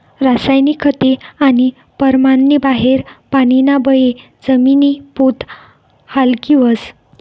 रासायनिक खते आणि परमाननी बाहेर पानीना बये जमिनी पोत हालकी व्हस